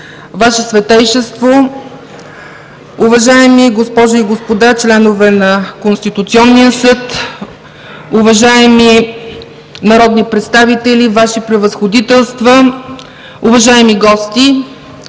Ваше Светейшество, уважаеми госпожи и господа, членове на Конституционния съд, уважаеми народни представители, Ваши превъзходителства, уважаеми гости!